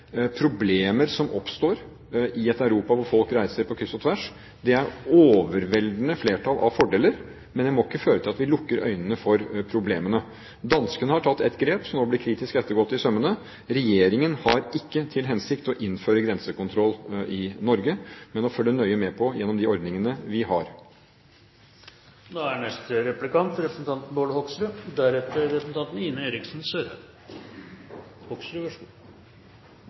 et Europa hvor folk reiser på kryss og tvers. Det er et overveldende flertall av fordeler, men det må ikke føre til at vi lukker øynene for problemene. Danskene har tatt et grep som nå blir kritisk ettergått i sømmene. Regjeringen har ikke til hensikt å innføre grensekontroll i Norge, men vil følge nøye med på de ordningene vi